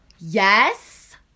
Yes